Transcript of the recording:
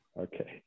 Okay